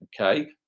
Okay